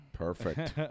Perfect